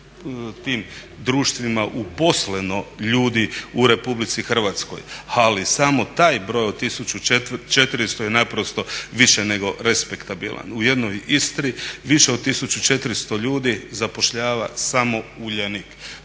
tim društvima uposleno ljudi u Republici Hrvatskoj, ali samo taj broj od 1400 je naprosto više nego respektabilan. U jednoj Istri više od 1400 ljudi zapošljava samo Uljanik.